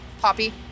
Poppy